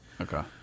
Okay